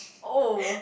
oh